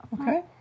Okay